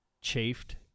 chafed